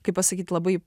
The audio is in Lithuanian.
kaip pasakyt labai